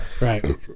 Right